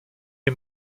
est